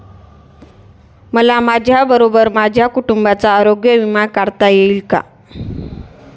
मला माझ्याबरोबर माझ्या कुटुंबाचा आरोग्य विमा काढता येईल का?